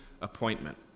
appointment